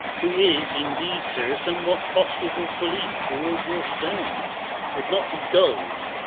who is, indeed, sir, somewhat costive of belief toward your stone would not be gull'd.